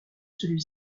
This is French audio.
celui